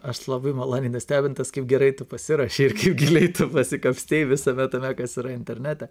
aš labai maloniai nustebintas kaip gerai tu pasiruošei ir giliai tu pasikapstei visame tame kas yra internete